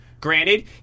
Granted